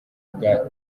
bwa